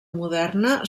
moderna